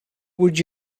would